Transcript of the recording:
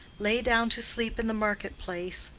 lay down to sleep in the market-place,